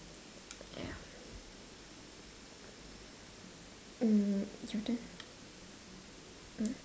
ya mm your turn mm